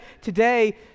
today